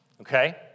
okay